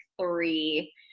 three